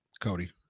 Cody